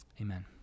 Amen